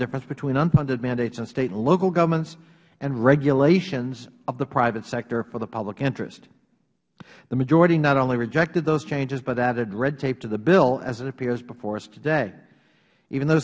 difference between unfunded mandates in state and local governments and regulations of the private sector for the public interest the majority not only rejected those changes but added red tape to the bill as it appears before us today even though